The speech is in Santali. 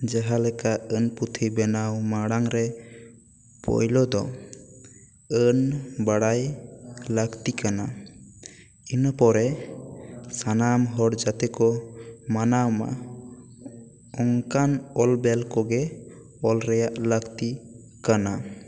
ᱡᱟᱦᱟᱸ ᱞᱮᱠᱟ ᱟᱹᱱ ᱯᱩᱛᱷᱤ ᱵᱮᱱᱟᱣ ᱢᱟᱲᱟᱝ ᱨᱮ ᱯᱳᱭᱞᱳ ᱫᱚ ᱟᱹᱱ ᱵᱟᱲᱟᱭ ᱞᱟᱹᱠᱛᱤ ᱠᱟᱱᱟ ᱤᱱᱟᱹ ᱯᱚᱨᱮ ᱥᱟᱱᱟᱢ ᱦᱚᱲ ᱡᱟᱛᱮ ᱠᱚ ᱢᱟᱱᱟᱣ ᱢᱟ ᱚᱱᱠᱟᱱ ᱚᱞ ᱵᱮᱞ ᱠᱚᱜᱮ ᱚᱞᱨᱮᱭᱟᱜ ᱞᱟᱹᱠᱛᱤ ᱠᱟᱱᱟ